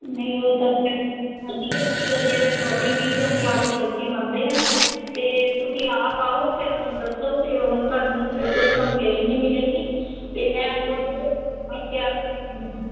ਨਹੀਂ ਉਹ ਤਾਂ ਚਲੋ ਸਾਡੀ ਗਲਤੀ ਆ ਜਿਹੜੇ ਤੁਹਾਡੀ ਨਹੀਂ ਗੀ ਅਸੀਂ ਆਪਣੀ ਗਲਤੀ ਮੰਨਦੇ ਹਾਂ ਅਤੇ ਤੁਸੀਂ ਆਪ ਆਓ ਫਿਰ ਹੁਣ ਦੱਸੋ ਕਿ ਹੁਣ ਤੁਹਾਨੂੰ ਇਹ ਕੋਈ ਕੰਪਲੇਂਟ ਨਹੀਂ ਮਿਲੇਗੀ ਅਤੇ ਮੈਂ ਖੁਦ ਆਪ ਤਿਆਰ ਕਰਕੇ ਦਊਂਗੀ